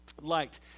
Light